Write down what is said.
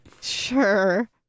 Sure